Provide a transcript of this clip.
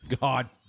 God